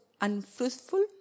unfruitful